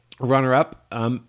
Runner-up